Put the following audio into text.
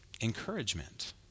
encouragement